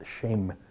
shame